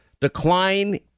decline